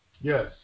Yes